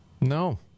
No